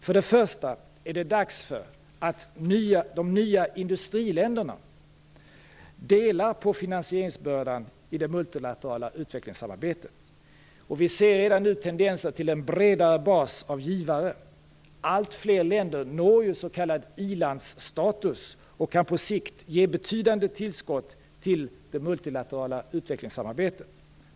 För det första är det dags för de nya industriländerna att dela på finansieringsbördan i det multilaterala utvecklingssamarbetet. Vi ser redan nu tendenser till en bredare bas av givare. Allt fler länder når s.k. ilandsstatus och kan på sikt ge betydande tillskott till det multilaterala utvecklingssamarbetet.